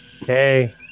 hey